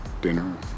dinner